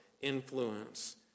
influence